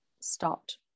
stopped